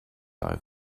over